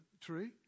tree